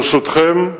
ברשותכם,